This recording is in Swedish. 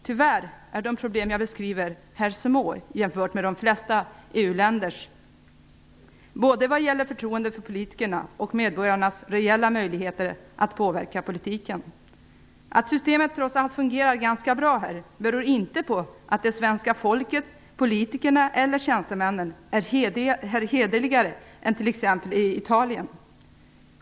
Tyvärr är de problem jag här beskriver små jämfört med de flesta EU-länders, både vad gäller förtroendet för politikerna och medborgarnas reella möjligheter att påverka politiken. Att systemet här trots allt fungerar ganska bra beror inte på att det svenska folket, politikerna eller tjänstemännen är hederligare här än i t.ex. Italien.